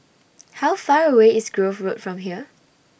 How Far away IS Grove Road from here